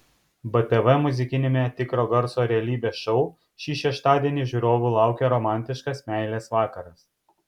btv muzikiniame tikro garso realybės šou šį šeštadienį žiūrovų laukia romantiškas meilės vakaras